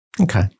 Okay